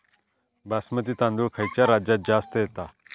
बासमती तांदूळ खयच्या राज्यात जास्त येता?